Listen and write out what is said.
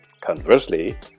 conversely